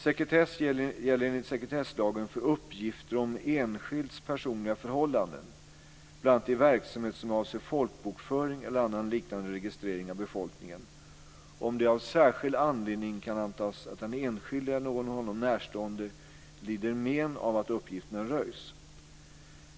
Sekretess gäller enligt sekretesslagen för uppgifter om enskilds personliga förhållanden bl.a. i verksamhet som avser folkbokföring eller annan liknande registrering av befolkningen om det av särskild anledning kan antas att den enskilde eller någon honom närstående lider men av att uppgifterna röjs.